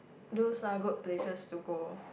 those are good places to go